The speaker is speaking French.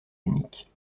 unique